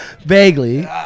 Vaguely